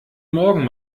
morgen